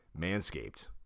Manscaped